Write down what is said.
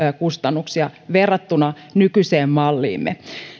kustannuksia verrattuna nykyiseen malliimme